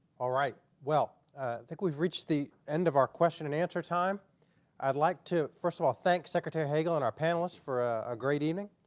all right. well i think we've reached the end of our question-and-answer time i'd like to first of all thank secretary hagel and our panelists for a great evening